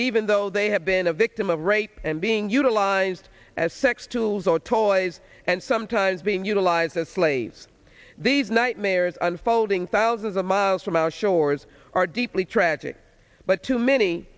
even though they have been a victim of rape and being utilized as sex tools or toys and sometimes being utilized as slaves these nightmares unfolding thousands of miles from our shores are deeply tragic but too many